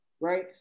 right